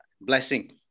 blessing